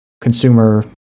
consumer